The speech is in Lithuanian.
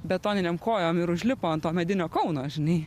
betoninėm kojom ir užlipo ant to medinio kauno žinai